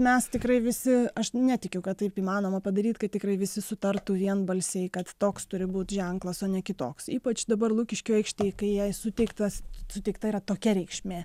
mes tikrai visi aš netikiu kad taip įmanoma padaryt kad tikrai visi sutartų vienbalsiai kad toks turi būt ženklas o ne kitoks ypač dabar lukiškių aikštėj kai jai suteiktas suteikta yra tokia reikšmė